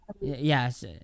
yes